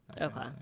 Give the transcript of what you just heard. Okay